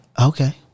Okay